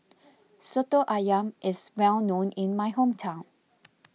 Soto Ayam is well known in my hometown